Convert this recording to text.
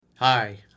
Hi